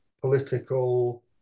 political